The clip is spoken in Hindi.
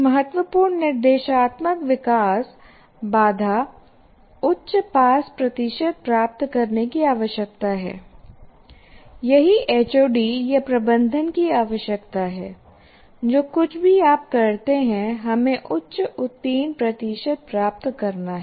एक महत्वपूर्ण निर्देशात्मक विकास बाधा उच्च पास प्रतिशत प्राप्त करने की आवश्यकता है यही एचओडी या प्रबंधन की आवश्यकता है जो कुछ भी आप करते हैं हमें उच्च उत्तीर्ण प्रतिशत प्राप्त करना है